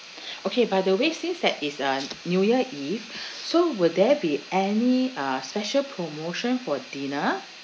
okay by the way since that it's a new year eve so will there be any uh special promotion for dinner